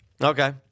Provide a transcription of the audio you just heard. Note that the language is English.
Okay